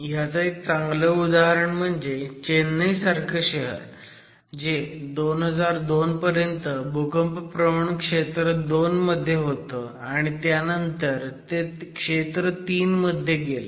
ह्याचं एक चांगलं उदाहरण म्हणजे चेन्नई सारखं शहर जे 2002 पर्यन्त भूकंपप्रवण क्षेत्र 2 मध्ये होतं आणि त्या नंतर क्षेत्र 3 मध्ये गेलं